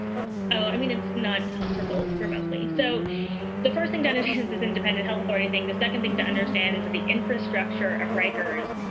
i mean, it's not comparable remotely. so the first thing done, citizens, is independent health authority thing. the second thing to understand is that the infrastructure of rikers,